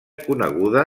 coneguda